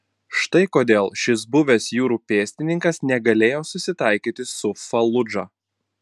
štai kodėl šis buvęs jūrų pėstininkas negalėjo susitaikyti su faludža